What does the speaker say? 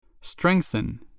Strengthen